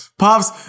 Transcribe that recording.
Pops